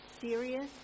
serious